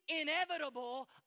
inevitable